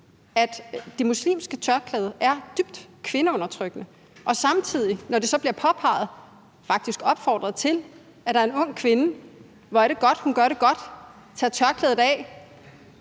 at det muslimske tørklæde er dybt kvindeundertrykkende og samtidig, når det så bliver påpeget – ja, når der faktisk opfordres til det – at en ung kvinde gør det godt ved at tage tørklædet af,